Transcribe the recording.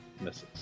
Misses